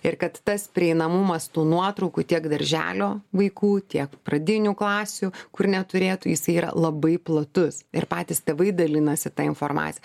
ir kad tas prieinamumas tų nuotraukų tiek darželio vaikų tiek pradinių klasių kur neturėtų jisai yra labai platus ir patys tėvai dalinasi ta informacija